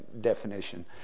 definition